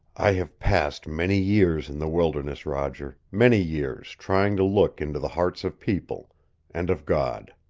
i have passed many years in the wilderness, roger, many years trying to look into the hearts of people and of god.